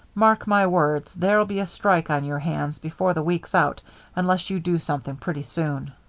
mark my words, there'll be a strike on your hands before the week's out unless you do something pretty soon.